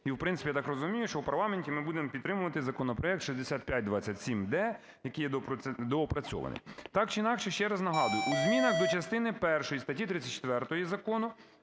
І, в принципі, я так розумію, що в парламенті ми будемо підтримувати законопроект 6527-д, який є доопрацьований. Так чи інакше, ще раз нагадую, у змінах до частини першої статті 34 закону: